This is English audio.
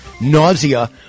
Nausea